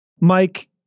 Mike